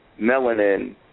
melanin